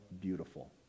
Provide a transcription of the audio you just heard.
beautiful